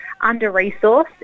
under-resourced